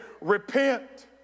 repent